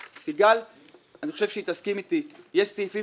סיגל מרד אברג'ל תסכים איתי יש סעיפים